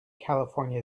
california